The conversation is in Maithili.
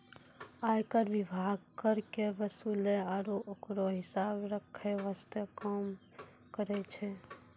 आयकर विभाग कर के वसूले आरू ओकरो हिसाब रख्खै वास्ते काम करै छै